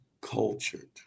cultured